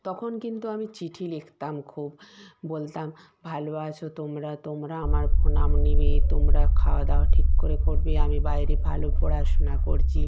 তখন কিন্তু আমি চিঠি লিখতাম খুব বলতাম ভালো আছো তোমরা তোমরা আমার প্রণাম নেবে তোমরা খাওয়া দাওয়া ঠিক করে করবে আমি বাইরে ভালো পড়াশুনা করছি